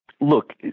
Look